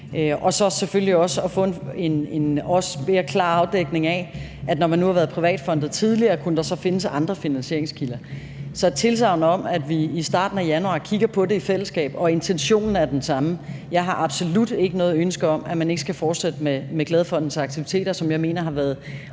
– og selvfølgelig også om at få en også mere klar afdækning af, at når man nu har været privatfondet tidligere, kunne der så findes andre finansieringskilder? Så jeg giver et tilsagn om, at vi i starten af januar kigger på det i fællesskab. Og intentionen er den samme. Jeg har absolut ikke noget ønske om, at man ikke skal fortsætte med Glad Fondens aktiviteter, som jeg mener har været